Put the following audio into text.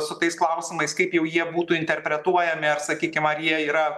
su tais klausimais kaip jau jie būtų interpretuojami ar sakykim ar jie yra